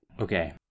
Okay